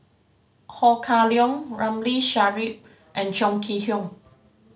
Ho Kah Leong Ramli Sarip and Chong Kee Hiong